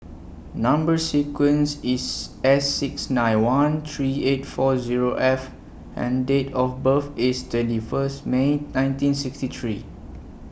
Number sequence IS S six nine one three eight four Zero F and Date of birth IS twenty First May nineteen sixty three